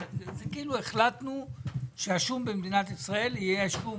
זה כאילו החלטנו שהשום במדינת ישראל יהיה שום